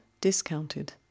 discounted